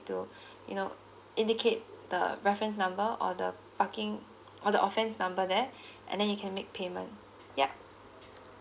to you know indicate the reference number or the parking or the offence number there and then you can make payment yeah